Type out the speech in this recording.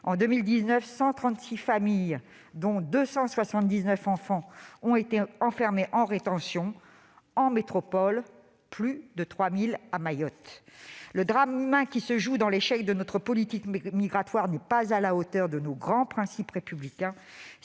En 2019, 136 familles, dont 279 enfants, ont été enfermées en rétention en métropole, et plus de 3 000 à Mayotte ! Le drame humain qui se joue dans l'échec de notre politique migratoire n'est pas digne de nos grands principes républicains.